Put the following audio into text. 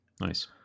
nice